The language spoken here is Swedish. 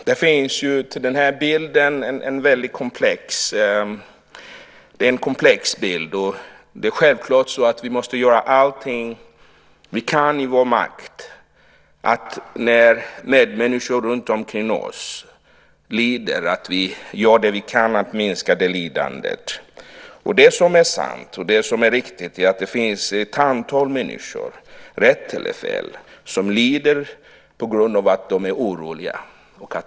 Fru talman! Det här är en väldigt komplex bild, och vi måste självklart göra allt som står i vår makt när medmänniskor runtomkring oss lider för att minska deras lidande. Det är sant och riktigt att det finns ett antal människor - rätt eller fel - som lider på grund av att de är oroliga.